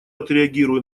отреагирую